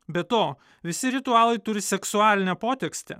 be to visi ritualai turi seksualinę potekstę